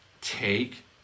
Take